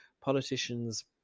politicians